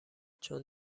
چون